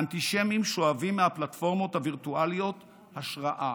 האנטישמים שואבים מהפלטפורמות הווירטואליות השראה,